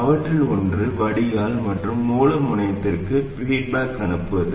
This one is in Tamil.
அவற்றில் ஒன்று வடிகால் மற்றும் மூல முனையத்திற்கு பீட்பாக் அனுப்புவது